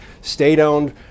state-owned